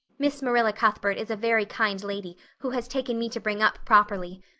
miss marilla cuthbert is a very kind lady who has taken me to bring up properly.